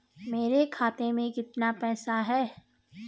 मेरे खाते में कितना पैसा है?